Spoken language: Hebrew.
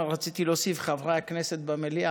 ורציתי להוסיף "חברי הכנסת במליאה",